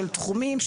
של תחומים,